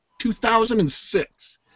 2006